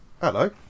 hello